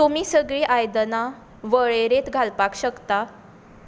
तुमी सगळीं आयदना वळेरेंत घालपाक शकता